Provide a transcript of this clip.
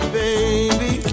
baby